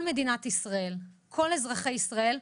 כל מדינת ישראל, כל אזרחי ישראל,